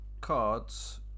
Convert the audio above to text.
Cards